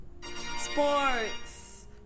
Sports